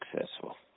successful